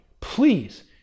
Please